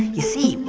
you see,